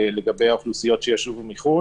לגבי האוכלוסיות שישובו מחו"ל